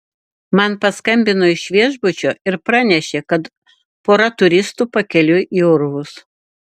man paskambino iš viešbučio ir pranešė kad pora turistų pakeliui į urvus